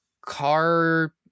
car